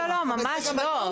ממש לא.